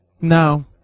No